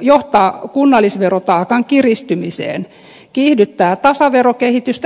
johtaa kunnallisverotaakan kiristymiseen kiihdyttää tasaverokehitystä entisestään